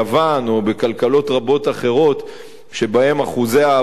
או בכלכלות רבות אחרות שבהן אחוזי האבטלה,